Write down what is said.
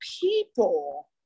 people